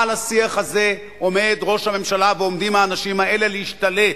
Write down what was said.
על השיח הזה עומד ראש הממשלה ועומדים האנשים האלה להשתלט,